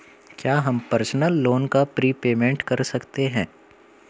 क्या हम personal loan का प्रीपेमेंट कर सकते हैं?